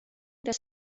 des